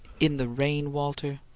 in the rain, walter?